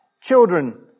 Children